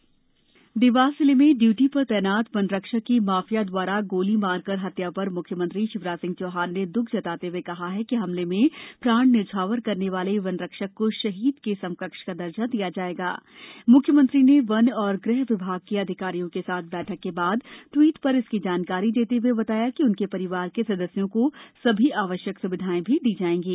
वनरक्षक शहीद देवास जिले में इयूटी पर तैनात वनरक्षक की माफिया द्वारा गोली मारकर हत्या पर म्ख्यमंत्री शिवराज सिंह चौहान ने द्ख जताते हुए कहा है कि हमले में प्राण न्योछावर करने वाले वनरक्षक को शहीद के समकक्ष दर्जा दिया जाएगा मुख्यमंत्री ने वन और गृह विभाग के अधिकारियों के साथ बैठक के बाद ट्वीट पर इसकी जानकारी देते हए बताया कि उनके परिवार के सदस्यों को सभी आवश्यक स्विधाएं भी दी जाएंगी